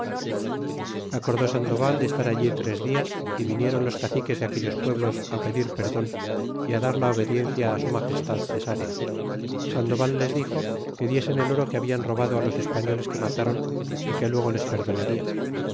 acordó sandoval de estar allí tres dias y viniéron los caciques de aquellos pueblos pedir perdon y dar la obediencia á su magestad cesarea y sandoval les dixo que diesen el oro que hablan robado á los españoles que matáron é que luego les perdonarla